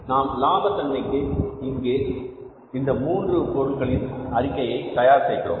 நாம் லாப தன்மைக்கு இந்த மூன்று பொருள்களின் அறிக்கையை தயார் செய்கிறோம்